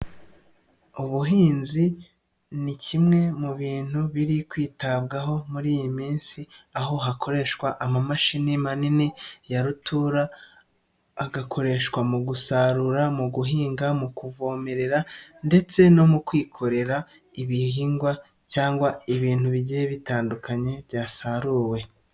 Ubuhinzi ni kimwe mu bintu biri kwitabwaho muri iyi minsi, aho hakoreshwa amamashini manini ya rutura, agakoreshwa mu gusarura mu guhinga mu kuvomerera ndetse no mu kwikorera ibihingwa cyangwa ibintu bigiye bitandukanye byasaruwe.